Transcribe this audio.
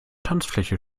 tanzfläche